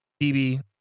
DB